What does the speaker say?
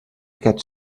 aquest